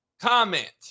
comment